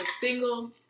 single